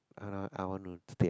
uh I want to stay